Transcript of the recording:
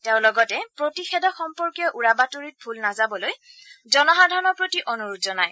তেওঁ লগতে প্ৰতিষেধক সম্পৰ্কীয় উৰা বাতৰিত ভোল নাযাবলৈ জনসাধাৰণৰ প্ৰতি অনূৰোধ জনায়